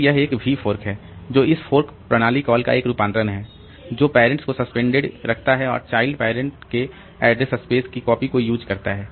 फिर यह एक vfork है जो इस fork प्रणाली कॉल का एक रूपांतर है जो पेरेंट्स को सस्पेंडेड रखता है और चाइल्ड पैरंट के ऐड्रेस स्पेस की कॉपी को यूज करता है